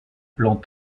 plan